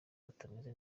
batameze